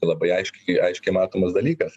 labai aiškiai aiškiai matomas dalykas